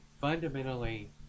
fundamentally